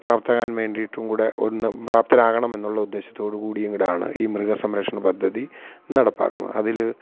പ്രാപ്തരാകാന് വേണ്ടിയിട്ടും കൂടെ ഒന്നും പ്രാപ്തരാകണമെന്നുള്ള ഉദ്ദേശത്തോടു കൂടിയും കൂടെയാണ് ഈ മൃഗസംരക്ഷണ പദ്ധതി നടപ്പാക്കുന്നത് അതിൽ